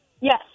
Yes